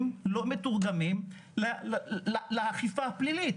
מתורגמים לאכיפה פלילית